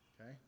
Okay